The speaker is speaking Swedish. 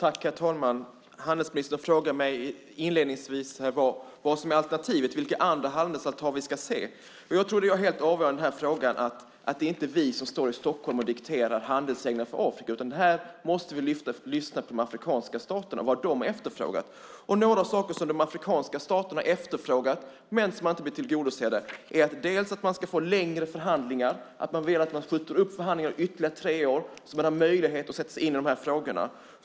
Herr talman! Handelsministern frågar mig inledningsvis vad som var alternativet, vilka andra handelsavtal vi ska se. Jag tror att det helt avgörande i den här frågan är att det inte är vi i Stockholm som ska diktera handelsavtal för Afrika. Här måste vi lyssna på de afrikanska staterna och vad de efterfrågar. Några av de saker som de afrikanska staterna efterfrågar men där de inte blivit tillgodosedda är att de ska få längre förhandlingstider, att man vill skjuta upp förhandlingarna ytterligare tre år så att man har möjlighet att sätta sig in i de här frågorna.